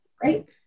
great